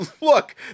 Look